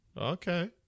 Okay